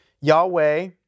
Yahweh